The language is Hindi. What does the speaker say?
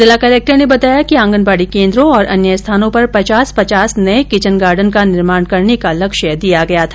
जिला कलेक्टर ने बताया कि आंगनवाड़ी कोन्द्रों और अन्य स्थानों पर पचास पचास नये किचन गार्डन का निर्माण करने का लक्ष्य दिया गया था